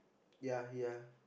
ya ya